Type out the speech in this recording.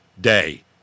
day